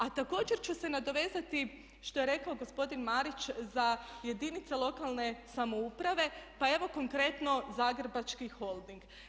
A također su se nadovezati što je rekao gospodin Marić za jedinice lokalne samouprave, pa evo konkretno Zagrebački holding.